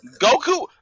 goku